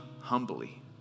humbly